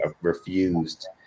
refused